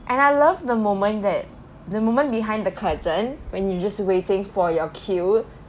and I love the moment that the moment behind the curtain when you're just waiting for your cue